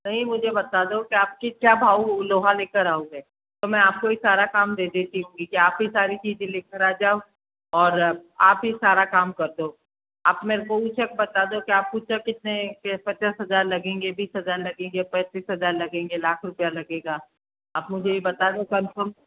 नहीं मुझे बता दो कि आप की क्या भाव लोहा ले कर आओगे तो मैं आप को ही सारा काम दे देती हूँ कि आप ही सारी चीज़ें ले कर आ जाओ और आप ही सारा काम कर दो आप मेरे को उचक बता दो कि आप उचक कितने के पचास हज़ार लगेंगे बीस हज़ार लगेंगे पैंतीस हज़ार लगेंगे लाख रुपया लगेगा आप मुझे ये बता दो कन्फर्म